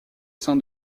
sein